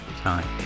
time